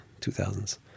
2000s